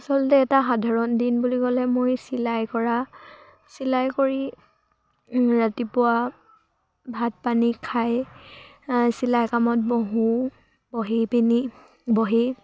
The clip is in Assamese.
আচলতে এটা সাধাৰণ দিন বুলি ক'লে মই চিলাই কৰা চিলাই কৰি ৰাতিপুৱা ভাত পানী খাই চিলাই কামত বহো বহি পিনি বহি